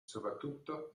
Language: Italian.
soprattutto